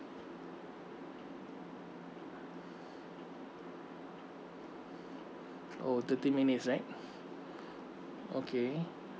oh thirty minutes right okay